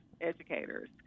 educators